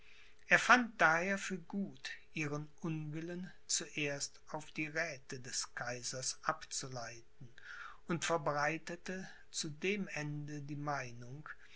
er fand daher für gut ihren unwillen zuerst auf die räthe des kaisers abzuleiten und verbreitete zu dem ende die meinung